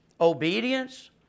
obedience